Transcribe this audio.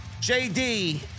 JD